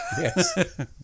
Yes